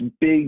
big